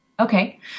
Okay